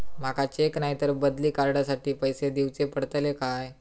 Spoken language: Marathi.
माका चेक नाय तर बदली कार्ड साठी पैसे दीवचे पडतले काय?